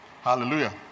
Hallelujah